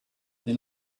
they